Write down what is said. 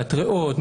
מחלת ראות,